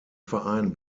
verein